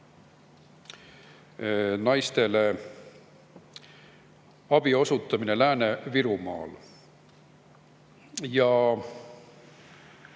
naistele abi osutamine Lääne-Virumaal.